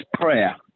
prayer